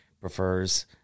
prefers